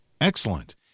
excellent